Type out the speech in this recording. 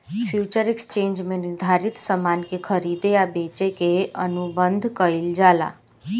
future exchange में निर्धारित सामान के खरीदे आ बेचे के अनुबंध कईल जाला